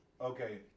Okay